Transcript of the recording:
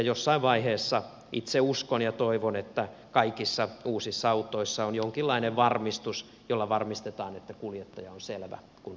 jossain vaiheessa itse uskon ja toivon että kaikissa uusissa autoissa on jonkinlainen varmistus jolla varmistetaan että kuljettaja on selvä kun rattiin lähtee